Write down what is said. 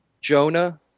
Jonah